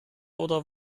oder